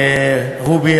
רובי.